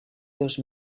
seus